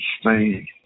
Spain